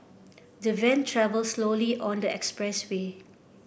the van travelled slowly on the expressway